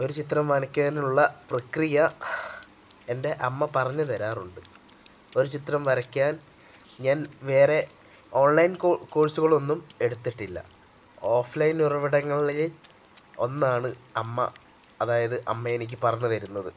ഒരു ചിത്രം വരയ്ക്കാനുള്ള പ്രക്രിയ എൻ്റെ അമ്മ പറഞ്ഞു തരാറുണ്ട് ഒരു ചിത്രം വരയ്ക്കാൻ ഞാൻ വേറെ ഓൺലൈൻ കോഴ്സുകളൊന്നും എടുത്തിട്ടില്ല ഓഫ് ലൈൻ ഉറവിടങ്ങളിൽ ഒന്നാണ് അമ്മ അതായത് അമ്മ എനിക്ക് പറഞ്ഞു തരുന്നത്